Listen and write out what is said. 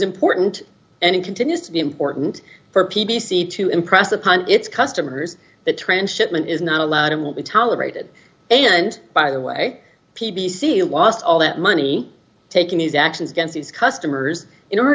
important and it continues to be important for p v c to impress upon its customers that transshipment is not allowed in will be tolerated and by the way p b c was all that money taking these actions against its customers in order